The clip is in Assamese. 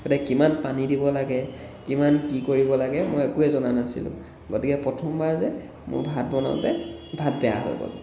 গতিকে কিমান পানী দিব লাগে কিমান কি কৰিব লাগে মই একোৱেই জনা নাছিলোঁ গতিকে প্ৰথমবাৰ যে মোৰ ভাত বনাওঁতে ভাত বেয়া হৈ গ'ল